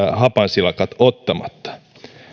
hapansilakat ottamatta